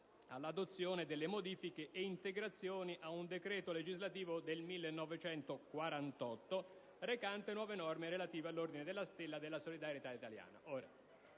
dell'adozione delle modifiche e integrazioni ad un decreto legislativo del 1948 recante nuove norme relative all'Ordine della Stella della solidarietà italiana.